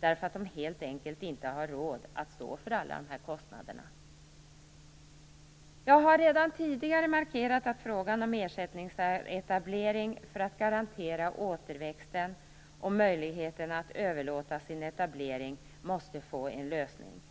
därför att patienterna helt enkelt inte har råd att stå för alla kostnader. Jag har redan tidigare markerat att frågan om ersättningsetablering för att garantera återväxten och möjligheten att överlåta sin etablering måste få en lösning.